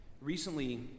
Recently